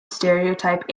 stereotype